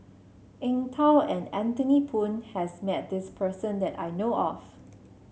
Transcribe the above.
Eng Tow and Anthony Poon has met this person that I know of